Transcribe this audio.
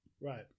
Right